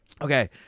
Okay